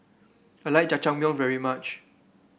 I like Jajangmyeon very much